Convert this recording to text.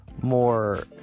more